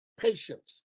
patience